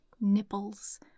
nipples